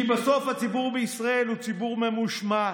כי בסוף הציבור בישראל הוא ציבור ממושמע.